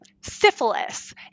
syphilis